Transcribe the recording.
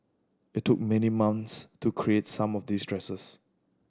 it took many months to create some of these dresses